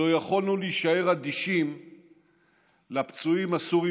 לא יכולנו להישאר אדישים לפצועים הסורים